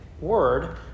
word